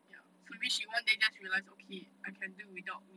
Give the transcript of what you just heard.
ya so means she one day just realise okay I can do without meat